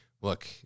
look